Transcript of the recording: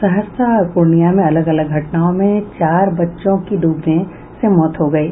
सहरसा और पूर्णिया में अलग अलग घटनाओं में चार बच्चों की डूबने से मौत हो गयी